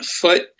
foot